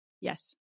yes